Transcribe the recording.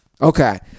Okay